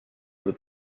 with